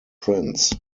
prince